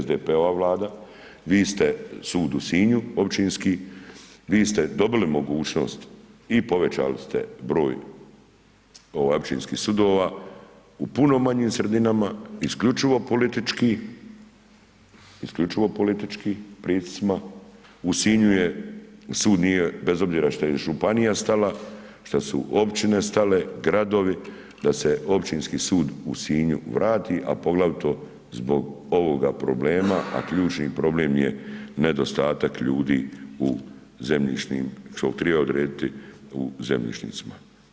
SDP-ova Vlada, vi ste sud u Sinju općinski, vi ste dobili mogućnost i povećali ste broj općinskih sudova u puno manjim sredinama, isključivo političkim pritiscima, u Sinju je, sud nije bez obzira šta je županija stala, šta su općine stale, gradovi, da se Općinski sud u Sinju vrati a poglavito zbog ovoga problema a ključni problem je nedostatak ljudi u zemljišnim, što bi trebao odrediti u zemljišnicima.